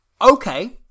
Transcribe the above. Okay